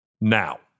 Now